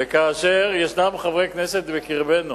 כאשר יש חברי כנסת בקרבנו